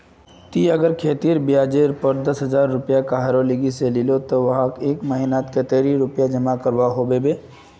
ती अगर कहारो लिकी से खेती ब्याज जेर पोर पैसा दस हजार रुपया लिलो ते वाहक एक महीना नात कतेरी पैसा जमा करवा होबे बे?